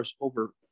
over